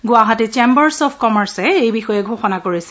Guwahati chambers of কমাৰ্চে এই বিষয়ে ঘোষণা কৰিছে